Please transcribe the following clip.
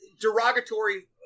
derogatory